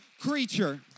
creature